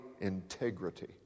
integrity